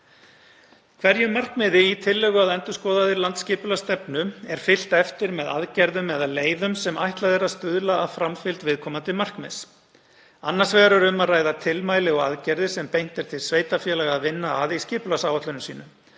Hverju markmiði í tillögu að endurskoðaðri landsskipulagsstefnu er fylgt eftir með aðgerðum eða leiðum sem ætlað er að stuðla að framfylgd viðkomandi markmiðs. Annars vegar er um að ræða tilmæli og aðgerðir sem beint er til sveitarfélaga að vinna að í skipulagsáætlunum sínum.